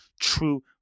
true